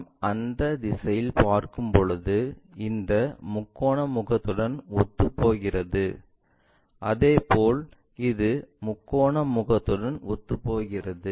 நாம் இந்த திசையில் பார்க்கும் போது இந்த முக்கோண முகத்துடன் ஒத்துப்போகிறது அதேபோல் இது முக்கோண முகத்துடன் ஒத்துப்போகிறது